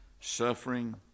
suffering